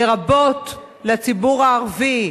לרבות לציבור הערבי.